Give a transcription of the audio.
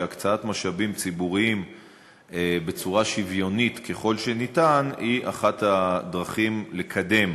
שהקצאת משאבים ציבוריים בצורה שוויונית ככל שניתן היא אחת הדרכים לקדם